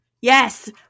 Yes